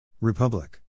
Republic